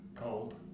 cold